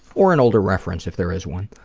or an older reference, if there is one.